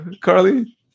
Carly